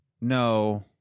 no